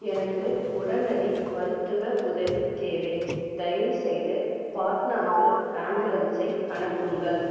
எனக்கு உடனடி மருத்துவ உதவி தேவை தயவுசெய்து பாட்னாவுக்கு ஆம்புலன்ஸை அனுப்புங்கள்